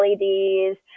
LEDs